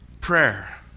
Prayer